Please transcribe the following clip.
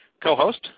co-host